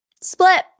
Split